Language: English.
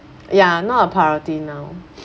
ya not a priority now